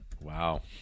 Wow